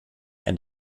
and